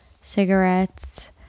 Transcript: Cigarettes